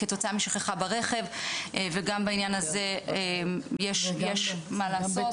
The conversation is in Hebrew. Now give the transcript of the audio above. כתוצאה משכחה ברכב וגם בעניין הזה יש מה לעשות.